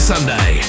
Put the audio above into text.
Sunday